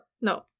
No